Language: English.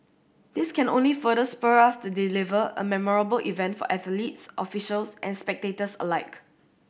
this can only further spur us to deliver a memorable event for athletes officials and spectators alike